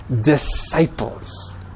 disciples